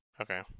Okay